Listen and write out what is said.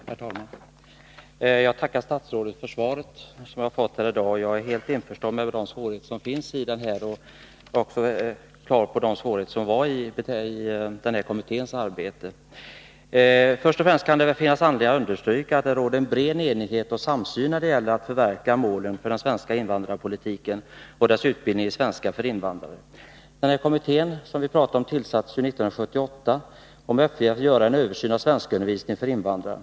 Herr talman! Jag tackar statsrådet för det svar som jag i dag har fått. Jag är helt införstådd med de svårigheter som är förknippade med svenskundervisningen för invandrare. Jag är också på det klara med de problem som fanns i Först och främst kan det finnas anledning att understryka att det råder en bred enighet och samsyn när det gäller att förverkliga målen för den svenska invandrarpolitiken och utbildningen i svenska för invandrare. SFI-kommittén, som tillsattes 1978, hade i uppgift att göra en översyn av svenskundervisningen för invandrare.